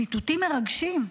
ציטוטים מרגשים,